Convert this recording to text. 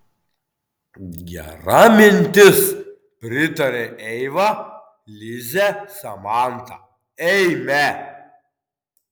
gera mintis pritarė eiva lize samanta eime